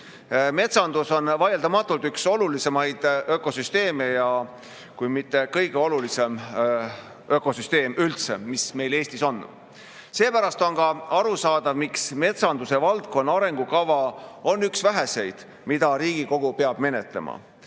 Metsandus on vaieldamatult üks olulisemaid ökosüsteeme, kui mitte kõige olulisem ökosüsteem üldse, mis meil Eestis on. Seepärast on ka arusaadav, miks metsanduse valdkonna arengukava on üks väheseid, mida Riigikogu peab menetlema.